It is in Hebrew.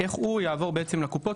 איך הוא יעבור בעצם לקופות,